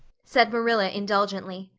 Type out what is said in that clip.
said marilla indulgently.